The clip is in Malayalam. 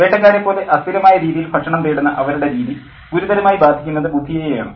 വേട്ടക്കാരെ പോലെ അസ്ഥിരമായ രീതിയിൽ ഭക്ഷണം തേടുന്ന അവരുടെ രീതി ഗുരുതരമായി ബാധിക്കുന്നത് ബുധിയയെയാണ്